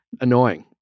annoying